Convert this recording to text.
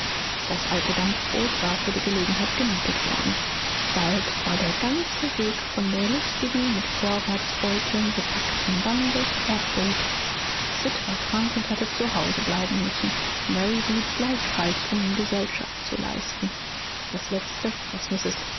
das alte dampfboot war für die gelegenheit gemietet worden bald war der ganze weg von der lustigen mit vorratsbeuteln bepackten bande erfüllt sid war krank und hatte zu hause bleiben müssen mary blieb gleichfalls um ihm gesellschaft zu leisten das letzte was